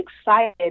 excited